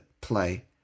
play